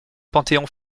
panthéon